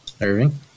Irving